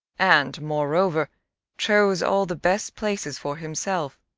and moreover chose all the best places for himself.